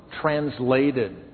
translated